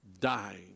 dying